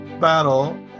battle